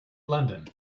london